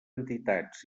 entitats